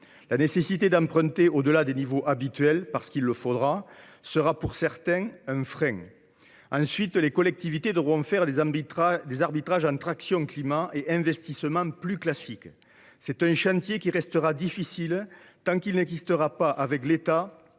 La nécessité d’emprunter au delà des niveaux habituels, parce qu’il le faudra, sera pour certaines un frein. Ensuite, les collectivités devront faire des arbitrages entre actions liées au climat et investissements plus classiques. Ce chantier restera difficile tant qu’il n’existera pas, avec l’État,